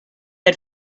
had